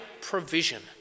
provision